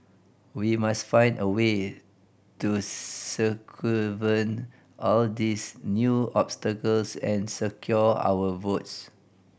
we must find a way to circumvent all these new obstacles and secure our votes